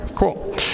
Cool